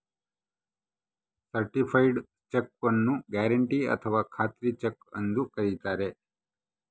certified check ನ್ನು guarantee ಅಥಾವ ಖಾತ್ರಿ ಚೆಕ್ ಎಂದು ಕರಿತಾರೆ